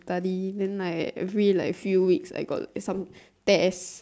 study then like every like few weeks I got some test